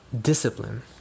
discipline